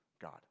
God